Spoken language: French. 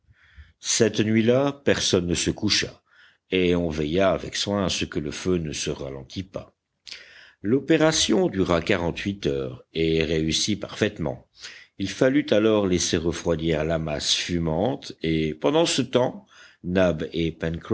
cette nuit-là personne ne se coucha et on veilla avec soin à ce que le feu ne se ralentît pas l'opération dura quarante-huit heures et réussit parfaitement il fallut alors laisser refroidir la masse fumante et pendant ce temps nab et